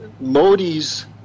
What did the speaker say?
Modi's